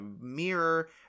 mirror